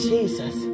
Jesus